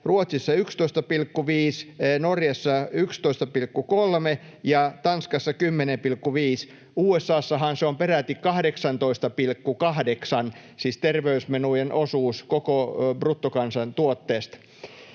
Ruotsissa 11,5, Norjassa 11,3 ja Tanskassa 10,5. USA:ssahan se on peräti 18,8, siis terveysmenojen osuus koko bruttokansantuotteesta.